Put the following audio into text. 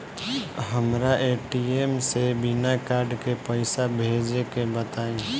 हमरा ए.टी.एम से बिना कार्ड के पईसा भेजे के बताई?